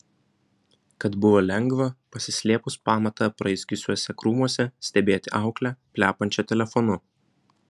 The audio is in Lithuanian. kad buvo lengva pasislėpus pamatą apraizgiusiuose krūmuose stebėti auklę plepančią telefonu